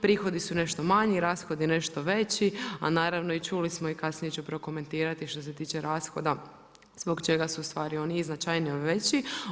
Prihodi su nešto manji, rashodi nešto veći a naravno i čuli smo i kasnije ću prokomentirati što se tiče rashoda zbog čega su ustvari oni i značajnije veći.